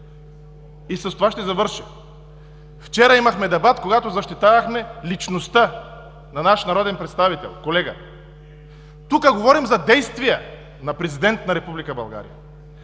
С това ще завърша. Вчера имахме дебат, когато защитавахме личността на народен представител, наш колега. Тук говорим за действия на президент на